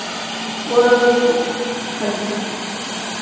होर हां जी